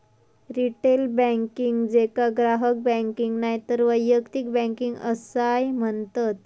retail banking, जेका ग्राहक banking नायतर वैयक्तिक बँकिंग असाय म्हणतत